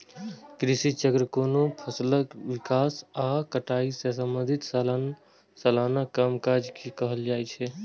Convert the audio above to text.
कृषि चक्र कोनो फसलक विकास आ कटाई सं संबंधित सलाना कामकाज के कहल जाइ छै